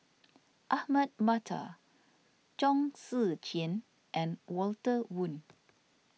Ahmad Mattar Chong Tze Chien and Walter Woon